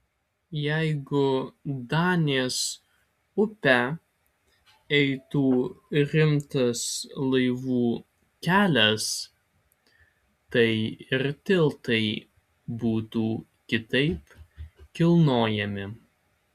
jeigu danės upe eitų rimtas laivų kelias tai ir tiltai būtų kitaip kilnojami